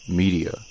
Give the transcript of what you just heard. media